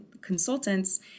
consultants